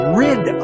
rid